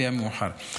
לפי המאוחר.